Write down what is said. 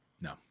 No